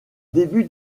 début